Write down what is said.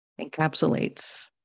encapsulates